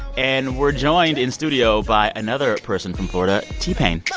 and we're joined in studio by another person from florida t-pain.